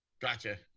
Gotcha